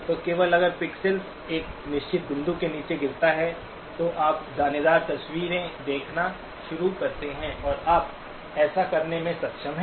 तो केवल अगर पिक्सेल एक निश्चित बिंदु से नीचे गिरता है तो आप दानेदार तस्वीरें देखना शुरू करते हैं और आप ऐसा करने में सक्षम हैं